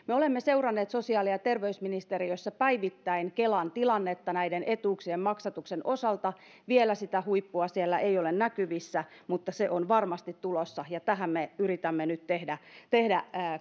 me olemme seuranneet sosiaali ja terveysministeriössä päivittäin kelan tilannetta näiden etuuksien maksatuksen osalta vielä sitä huippua siellä ei ole näkyvissä mutta se on varmasti tulossa ja me yritämme nyt tehdä tehdä